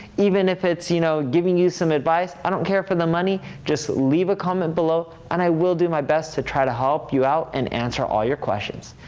even if it's, you know, giving you some advice, i don't care for the money. just leave a comment below, and i will do my best to try to help you out and answer all your questions.